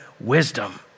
wisdom